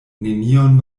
nenion